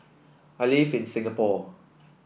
I live in Singapore